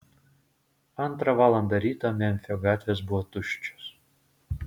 antrą valandą ryto memfio gatvės buvo tuščios